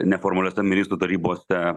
neformaliuose ministrų tarybose